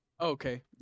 Okay